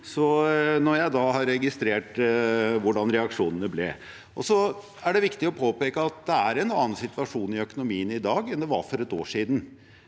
når jeg har registrert hvordan reaksjonene ble. Det er viktig å påpeke at det er en annen situasjon i økonomien i dag enn det var for et år siden.